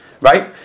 Right